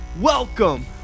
welcome